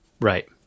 Right